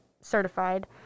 certified